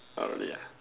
ah really ah